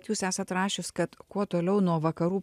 jūs esat rašius kad kuo toliau nuo vakarų